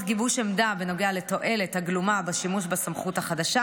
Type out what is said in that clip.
גיבוש עמדה בנוגע לתועלת הגלומה בשימוש בסמכות החדשה.